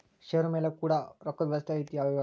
ಷೇರು ಮೇಲೆ ಕೂಡ ರೊಕ್ಕದ್ ವ್ಯವಸ್ತೆ ಐತಿ ಇವಾಗ